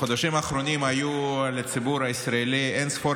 בחודשים האחרונים היו לציבור הישראלי אין-ספור